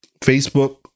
Facebook